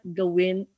gawin